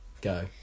go